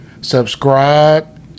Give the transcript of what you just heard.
Subscribe